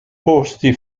posti